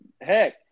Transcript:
heck